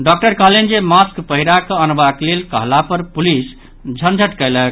doctor कहलनि जे mask पहिरा कऽ अनबाक लेल कहला पर पुलिस झंझट कयलक